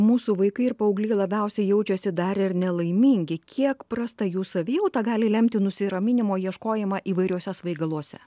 mūsų vaikai ir paaugliai labiausiai jaučiasi dar ir nelaimingi kiek prasta jų savijauta gali lemti nusiraminimo ieškojimą įvairiuose svaigaluose